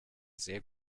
sehr